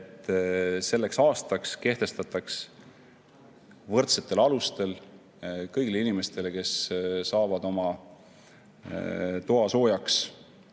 selleks aastaks kehtestataks võrdsetel alustel kõigile inimestele, kes saavad oma toa soojaks